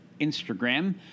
Instagram